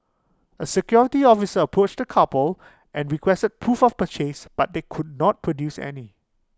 the security officer approached the couple and requested proof of purchase but they could not produce any